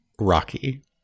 Rocky